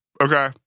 okay